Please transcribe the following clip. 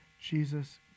Jesus